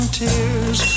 tears